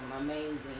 Amazing